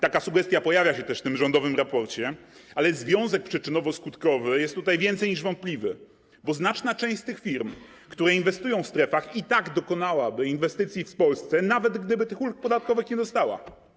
Taka sugestia pojawia się też w tym rządowym raporcie, ale związek przyczynowo-skutkowy jest tutaj więcej niż wątpliwy, bo znaczna część z tych firm, które inwestują w strefach, i tak dokonałaby inwestycji w Polsce, nawet gdyby tych ulg podatkowych nie dostała.